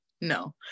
no